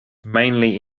mainly